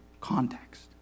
context